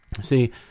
See